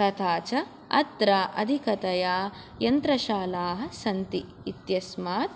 तथा च अत्र अधिकतया यन्त्रशालाः सन्ति इत्यस्मात्